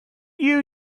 you